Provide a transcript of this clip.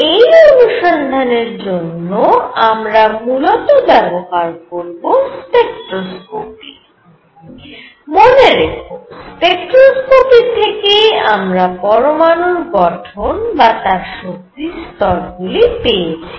এই অনুসন্ধানের জন্য আমরা মূলত ব্যবহার করব স্পেক্ট্রোস্কোপি মনে রেখো স্পেক্ট্রোস্কোপি থেকেই আমরা পরমাণুর গঠন বা তার শক্তি স্তরগুলি পেয়েছি